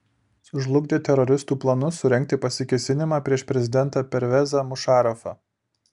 sužlugdė teroristų planus surengti pasikėsinimą prieš prezidentą pervezą mušarafą